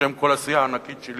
בשם כל הסיעה הענקית שלי,